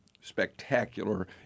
spectacular